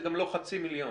זה גם לא חצי מיליון.